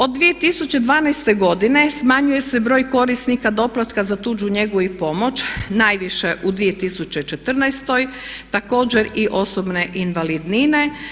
Od 2012. godine smanjuje se broj korisnika doplatka za tuđu njegu i pomoć, najviše u 2014., također i osobne invalidnine.